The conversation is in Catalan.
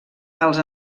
els